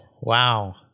Wow